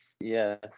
Yes